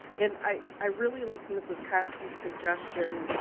and i, i really like mrs kosky suggestion.